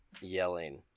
yelling